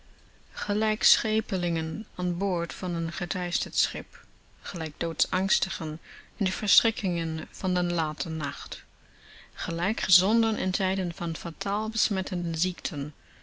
gelijk schepelingen aan boord van een geteisterd schip gelijk doods angstigen in de verschrikkingen van den laten nacht gelijk gezonden in tijden van fataal besmettende ziekten